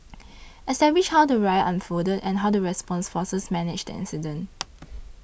establish how the riot unfolded and how the response forces managed the incident